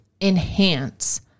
enhance